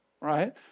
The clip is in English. right